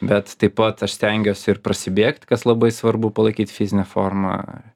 bet taip pat aš stengiuosi ir prasibėgt kas labai svarbu palaikyt fizinę formą